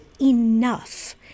enough